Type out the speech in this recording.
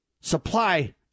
supply